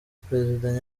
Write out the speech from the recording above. president